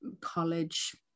college